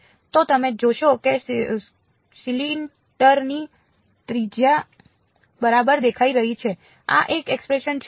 તો તમે જોશો કે સિલિન્ડરની ત્રિજ્યા બરાબર દેખાઈ રહી છે આ એક એક્સપ્રેશન છે